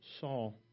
Saul